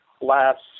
last